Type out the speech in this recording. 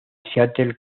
seattle